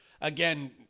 again